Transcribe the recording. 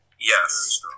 Yes